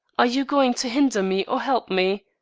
are you going to hinder me or help me?